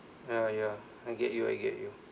ah ya I get you I get you